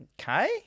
okay